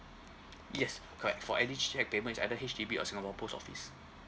yes correct for any ch~ cheque payment it's either H_D_B or singapore post office